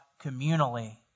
communally